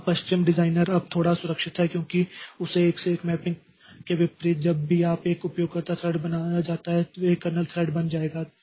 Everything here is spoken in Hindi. तो अब पश्चिम डिजाइनर अब थोड़ा सुरक्षित है क्योंकि उस एक से एक मैपिंग के विपरीत जब भी आप एक उपयोगकर्ता थ्रेड बनाया जाता है तो एक कर्नेल थ्रेड बन जाएगा